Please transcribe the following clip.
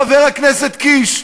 חבר הכנסת קיש,